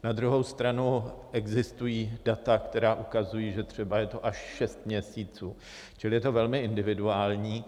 Na druhou stranu existují data, která ukazují, že třeba je to až šest měsíců, čili je to velmi individuální.